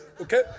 Okay